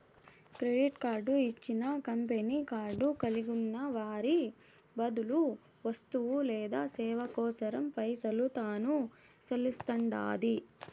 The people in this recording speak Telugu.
కెడిట్ కార్డు ఇచ్చిన కంపెనీ కార్డు కలిగున్న వారి బదులు వస్తువు లేదా సేవ కోసరం పైసలు తాను సెల్లిస్తండాది